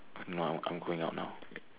no I'm I'm going out now